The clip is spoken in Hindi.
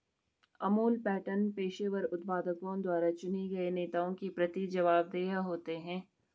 अमूल पैटर्न पेशेवर उत्पादकों द्वारा चुने गए नेताओं के प्रति जवाबदेह होते हैं